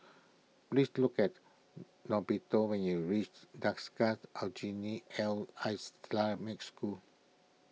please look at Norberto when you reach Aljunied L Islamic School